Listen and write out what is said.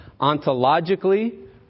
ontologically